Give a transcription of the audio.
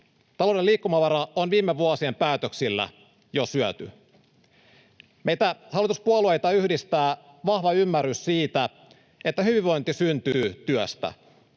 Talouden liikkumavara on viime vuosien päätöksillä jo syöty. Meitä hallituspuolueita yhdistää vahva ymmärrys siitä, että hyvinvointi syntyy työstä.